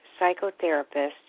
psychotherapist